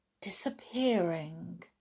disappearing